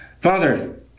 Father